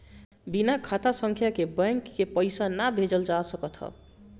बिना खाता संख्या के बैंक के पईसा ना भेजल जा सकत हअ